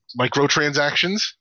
microtransactions